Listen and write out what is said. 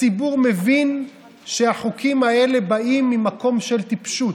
הציבור מבין שהחוקים האלה באים ממקום של טיפשות,